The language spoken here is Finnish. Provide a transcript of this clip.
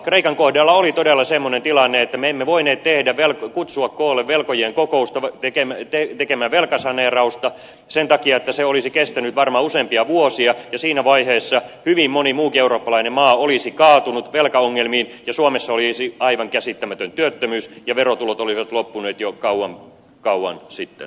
kreikan kohdalla oli todella semmoinen tilanne että me emme voineet kutsua koolle velkojien kokousta tekemään velkasaneerausta sen takia että se olisi kestänyt varmaan useampia vuosia ja siinä vaiheessa hyvin moni muukin eurooppalainen maa olisi kaatunut velkaongelmiin ja suomessa olisi aivan käsittämätön työttömyys ja verotulot olisivat loppuneet jo kauan kauan sitten